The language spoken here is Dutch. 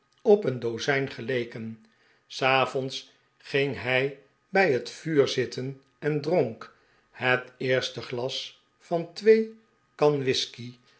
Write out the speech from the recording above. op een dozijn geleken s avonds ging hij bij het vuur zitten en dronk het eerste glas van twee kan whiskey die